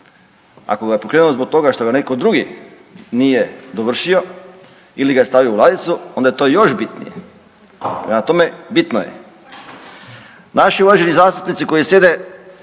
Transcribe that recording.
Ako ga je pokrenuo zbog toga što ga neko drugi nije dovršio ili ga je stavio u ladicu onda je to još bitnije, prema tome bitno je. Naši uvaženi zastupnici koji sjede